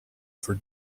for